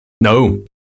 No